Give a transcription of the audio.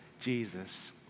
Jesus